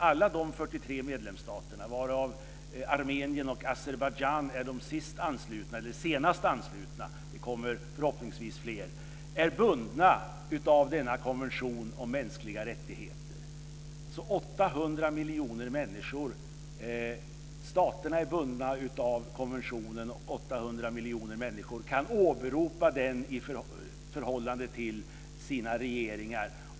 Alla dessa - varav Armenien och Azerbajdzjan är de senast anslutna; det kommer förhoppningsvis fler - är bundna av denna konvention om mänskliga rättigheter. Staterna är bundna av konventionen, och 800 miljoner människor kan åberopa den i förhållande till sina regeringar.